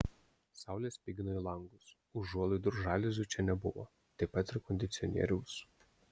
saulė spigino į langus užuolaidų ir žaliuzių čia nebuvo taip pat ir kondicionieriaus